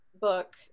book